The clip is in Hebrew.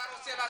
אתה רוצה לצאת?